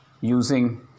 using